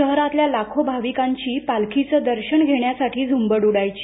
शहरातील लाखे भाविकांची पालखीचं दर्शन घेण्यासाठी झुंबड उडायची